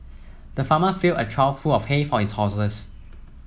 the farmer filled a trough full of hay for his horses